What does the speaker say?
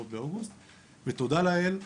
ותודה לאל,